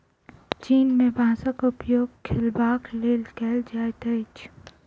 चीन में बांसक उपयोग लिखबाक लेल कएल जाइत अछि